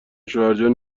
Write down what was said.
شوهرجان